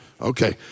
Okay